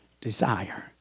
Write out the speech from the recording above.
Desire